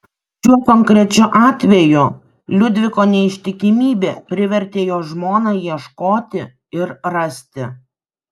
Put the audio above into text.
šiuo konkrečiu atveju liudviko neištikimybė privertė jo žmoną ieškoti ir rasti